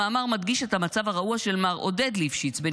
המאמר מדגיש את המצב הרעוע של מר עודד ליפשיץ, בן